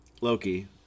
Loki